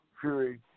Fury